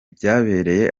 byabereye